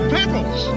Pebbles